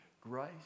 grace